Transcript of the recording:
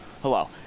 Hello